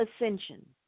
ascension